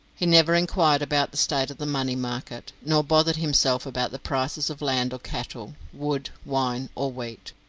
he never enquired about the state of the money market, nor bothered himself about the prices of land or cattle, wood, wine, or wheat.